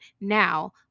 now